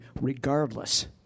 regardless